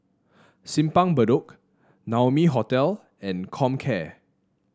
Simpang Bedok Naumi Hotel and Comcare